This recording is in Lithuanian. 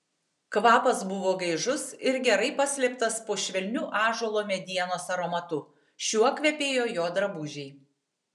kvapas buvo gaižus ir gerai paslėptas po švelniu ąžuolo medienos aromatu šiuo kvepėjo jo drabužiai